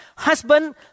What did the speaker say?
Husband